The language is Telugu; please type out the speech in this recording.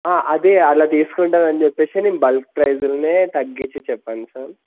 అదే అలా తీసుకుంటామని చెప్పేసి నేను బల్క్ ప్రైస్ల్నే తగ్గించి చెప్పాను సార్